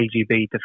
KGB